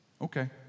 Okay